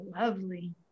lovely